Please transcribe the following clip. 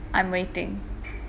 I'm waiting